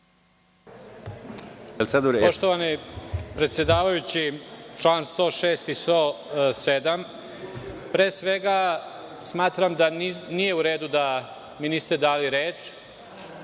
Poštovani predsedavajući, čl. 106 i 107.Pre svega, smatram da nije u redu što mi niste dali reč.